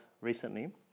recently